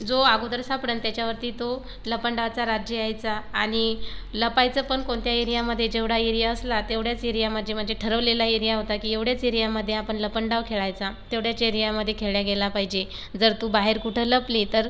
जो अगोदर सापडन त्याच्यावरती तो लपंडावाचा राज्य यायचा आणि लपायचं पण कोणत्या एरियामध्ये जेवढा एरिया असला तेवढ्याच एरियामज्जे मज्जे ठरवलेला एरिया होता की एवढ्याच एरियामध्ये आपण लपंडाव खेळायचा तेवढ्याच एरियामध्ये खेळला गेला पाहिजे जर तू बाहेर कुठं लपली तर